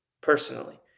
personally